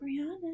Brianna